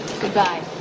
Goodbye